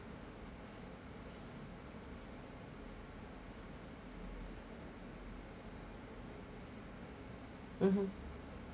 mmhmm